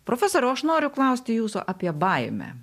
profesoriau aš noriu klausti jūsų apie baimę